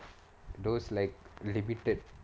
those like limited